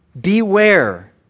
beware